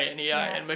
yup